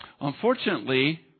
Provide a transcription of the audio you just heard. Unfortunately